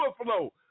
Overflow